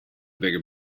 bigger